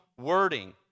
wording